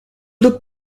looked